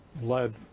led